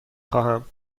خواهم